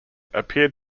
appeared